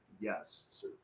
yes